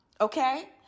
Okay